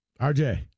RJ